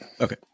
Okay